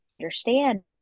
understand